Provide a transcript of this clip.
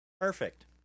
Perfect